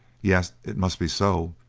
yet it must be so,